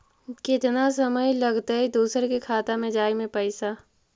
केतना समय लगतैय दुसर के खाता में जाय में पैसा?